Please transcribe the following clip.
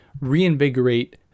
reinvigorate